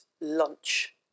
lunch